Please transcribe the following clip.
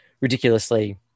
ridiculously